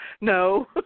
No